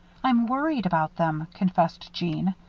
i'm worried about them, confessed jeanne.